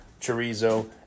chorizo